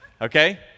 okay